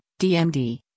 DMD